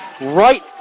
Right